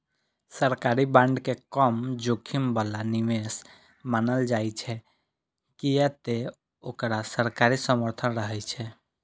सरकारी बांड के कम जोखिम बला निवेश मानल जाइ छै, कियै ते ओकरा सरकारी समर्थन रहै छै